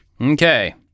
Okay